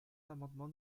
l’amendement